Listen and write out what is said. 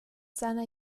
seiner